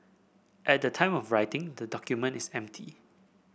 at the time of writing the document is empty